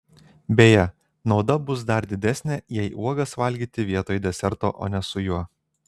beje nauda bus dar didesnė jei uogas valgyti vietoj deserto o ne su juo